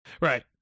Right